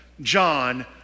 John